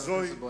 חבר הכנסת בוים.